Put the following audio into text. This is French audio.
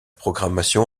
programmation